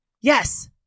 Yes